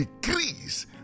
decrease